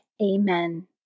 Amen